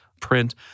print